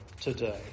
today